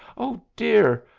oh, dear!